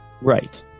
Right